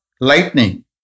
lightning